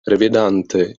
revidante